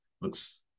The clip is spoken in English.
looks